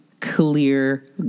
clear